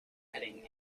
heading